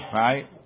right